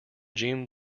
jeanne